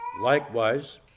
likewise